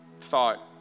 thought